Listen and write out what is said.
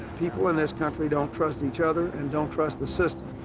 people in this country don't trust each other and don't trust the system.